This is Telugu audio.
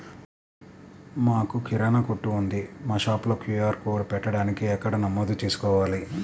మాకు కిరాణా కొట్టు ఉంది మా షాప్లో క్యూ.ఆర్ కోడ్ పెట్టడానికి ఎక్కడ నమోదు చేసుకోవాలీ?